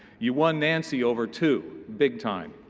you won nancy over, too. big time.